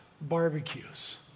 barbecues